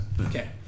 Okay